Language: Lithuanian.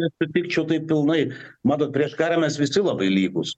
nesutikčiau taip pilnai matot prieš karą mes visi labai lygūs